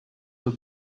peu